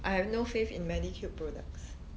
I have no faith in Medicube products